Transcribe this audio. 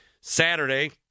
Saturday